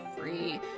free